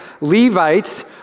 Levites